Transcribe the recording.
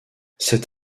c’est